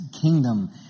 kingdom